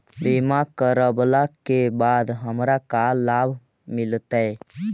बीमा करवला के बाद हमरा का लाभ मिलतै?